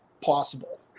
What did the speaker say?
possible